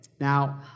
now